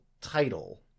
title